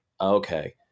Okay